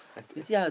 I I think